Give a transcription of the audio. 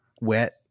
wet